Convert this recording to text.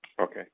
Okay